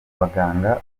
baganga